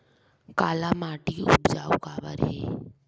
काला माटी उपजाऊ काबर हे?